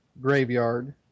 graveyard